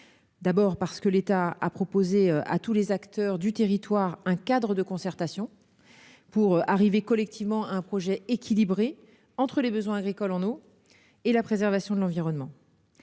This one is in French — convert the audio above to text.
parce que celui-ci a proposé à tous les acteurs du territoire un cadre de concertation pour parvenir collectivement à un projet équilibré entre les besoins agricoles en eau et la préservation de l'environnement